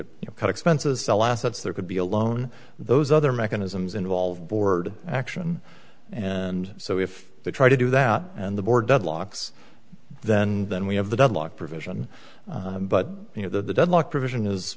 cut expenses sell assets there could be a loan those other mechanisms involved board action and so if they try to do that and the board deadlocks then then we have the deadlock provision but you know the deadlock provision is